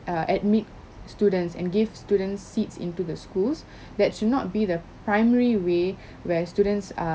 uh admit students and give students seats into the schools that should not be the primary way where students are